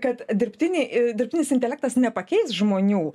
kad dirbtiniai i dirbtinis intelektas nepakeis žmonių